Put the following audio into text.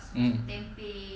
mm